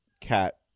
cat